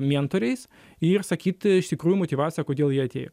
mentoriais ir sakyti iš tikrųjų motyvaciją kodėl jie atėjo